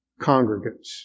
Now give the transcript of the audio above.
congregants